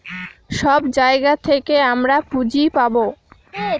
সব জায়গা থেকে আমরা পুঁজি পাবো